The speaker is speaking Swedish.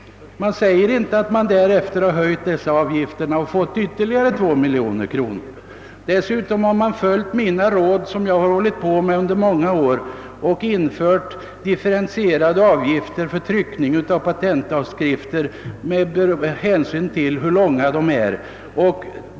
Det omtalas inte att verket därefter genom höjning av dessa avgifter fått in ytterligare 2 miljoner kronor. Dessutom har man följt det råd som jag under många år givit och infört differentierade avgifter för tryckning av patentavskrifter med hänsyn till hur långa dessa är.